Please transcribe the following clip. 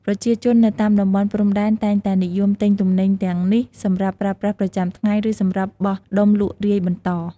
ប្រជាជននៅតាមតំបន់ព្រំដែនតែងតែនិយមទិញទំនិញទាំងនេះសម្រាប់ប្រើប្រាស់ប្រចាំថ្ងៃ ឬសម្រាប់បោះដុំលក់រាយបន្ត។